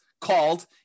called